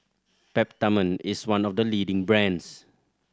Peptamen is one of the leading brands